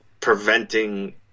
preventing